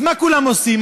אז מה כולם עושים?